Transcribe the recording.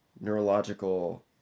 neurological